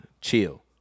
chill